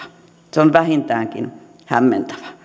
se on vähintäänkin hämmentävä